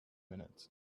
minutes